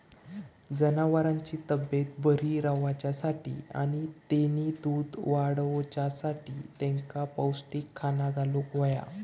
जनावरांची तब्येत बरी रवाच्यासाठी आणि तेनी दूध वाडवच्यासाठी तेंका पौष्टिक खाणा घालुक होया